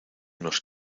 nos